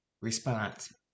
Response